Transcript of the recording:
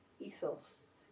ethos